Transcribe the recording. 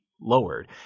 Lowered